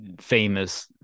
famous